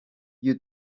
you